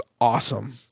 awesome